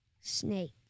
Snake